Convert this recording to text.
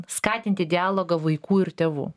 skatinti dialogą vaikų ir tėvų